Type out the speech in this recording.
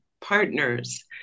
partners